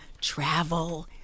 travel